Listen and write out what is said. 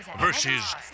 versus